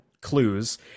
clues